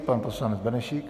Pan poslanec Benešík.